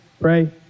pray